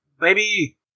baby